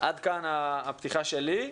עד כאן הפתיחה שלי.